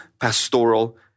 pastoral